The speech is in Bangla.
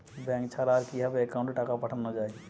ব্যাঙ্ক ছাড়া আর কিভাবে একাউন্টে টাকা পাঠানো য়ায়?